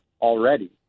already